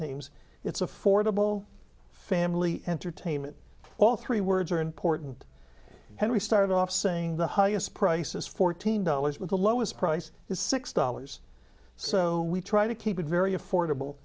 teams it's affordable family entertainment all three words are important henry started off saying the highest price is fourteen dollars with the lowest price is six dollars so we try to keep it very affordable